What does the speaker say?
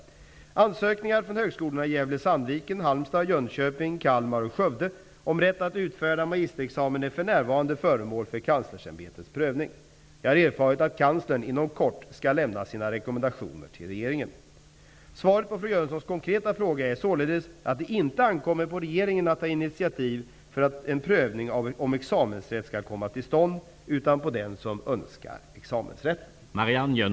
Halmstad, Jönköping, Kalmar och Skövde om rätt att utfärda magisterexamen är för närvarande föremål för Kanslersämbetets prövning. Jag har erfarit att Kanslern inom kort skall lämna sina rekommendationer till regeringen. Svaret på fru Jönssons konkreta fråga är således att det inte ankommer på regeringen att ta initiativ för att en prövning om examensrätt skall komma till stånd, utan på den som önskar examensrätten.